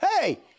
hey